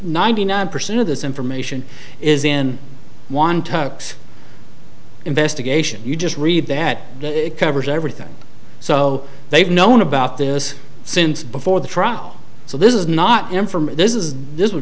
ninety nine percent of this information is in one tuck's investigation you just read that it covers everything so they've known about this since before the trial so this is not in from this is this